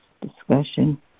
discussion